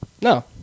No